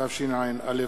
התשע"א 2011,